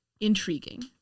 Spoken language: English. intriguing